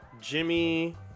Jimmy